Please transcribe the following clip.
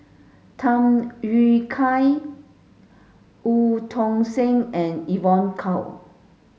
Tham Yui Kai Eu Tong Sen and Evon Kow